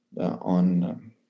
on